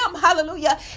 Hallelujah